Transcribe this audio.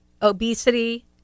obesity